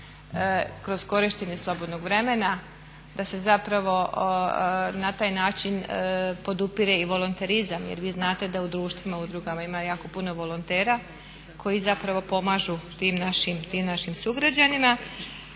kroz korištenje slobodnog vremena, da se zapravo na taj način podupire i volonterizam jer vi znate da u društvima, udrugama ima jako puno volontera koji zapravo pomažu tim našim sugrađanima.